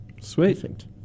Sweet